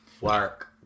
Work